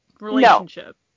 relationship